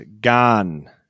gone